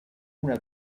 una